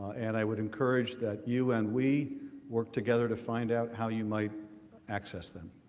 and i would encourage that you and we work together to find out how you might access them.